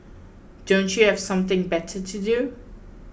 don't you have something better to do